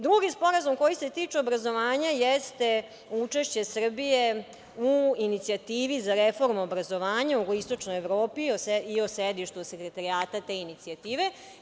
Drugi sporazum koji se tiče obrazovanja jeste učešće Srbije u Inicijativi za reformu obrazovanja u Jugoistočnoj Evropi i o sedištu sekretarijata te inicijative.